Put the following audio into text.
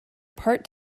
part